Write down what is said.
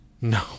No